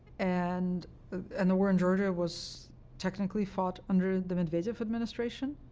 and and the war in georgia was technically fought under the medvedev administration,